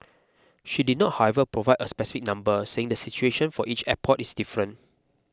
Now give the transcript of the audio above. she did not however provide a specific number saying the situation for each airport is different